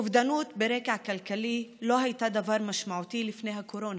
אובדנות על רקע כלכלי לא הייתה דבר משמעותי לפני הקורונה,